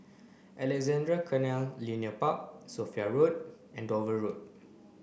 Alexandra Canal Linear Park Sophia Road and Dover Road